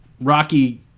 Rocky